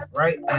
right